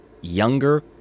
younger